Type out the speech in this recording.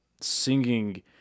singing